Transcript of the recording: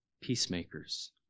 peacemakers